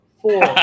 Four